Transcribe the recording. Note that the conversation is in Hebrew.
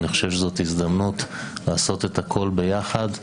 אני חושב שזאת הזדמנות לעשות את הכול ביחד,